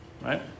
right